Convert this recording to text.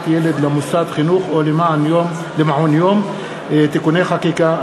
ילד למוסד חינוך או למעון יום (תיקוני חקיקה),